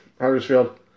Huddersfield